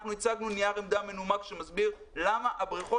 אנחנו הצגנו נייר עמדה מנומק שמסביר למה בבריכות